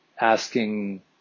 asking